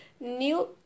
New